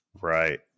Right